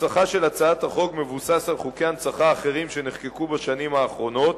נוסחה של הצעת החוק מבוסס על חוקי הנצחה אחרים שנחקקו בשנים האחרונות,